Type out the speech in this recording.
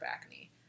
acne